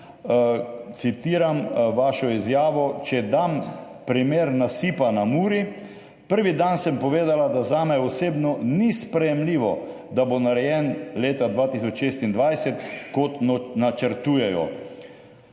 citiram vašo izjavo: »Če dam primer nasipa na Muri. Prvi dan sem povedala, da zame osebno ni sprejemljivo, da bo narejen leta 2026, kot načrtujejo.«